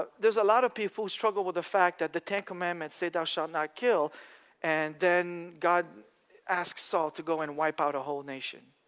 but there's a lot of people who struggle with the fact that the ten commandments say thou shalt not kill and then god asks saul to go and wipe out a whole nation.